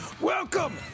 welcome